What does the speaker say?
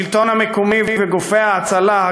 השלטון המקומי וגופי ההצלה,